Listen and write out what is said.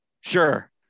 Sure